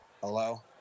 Hello